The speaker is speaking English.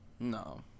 No